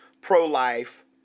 Pro-life